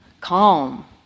calm